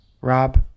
Rob